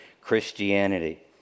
Christianity